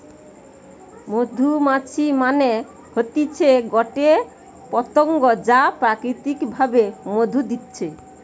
মধুমাছি মানে হতিছে গটে পতঙ্গ যা প্রাকৃতিক ভাবে মধু দিতেছে